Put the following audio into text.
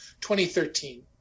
2013